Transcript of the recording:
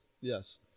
yes